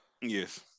Yes